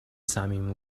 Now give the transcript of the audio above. صمیمی